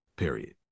period